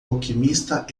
alquimista